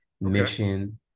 Mission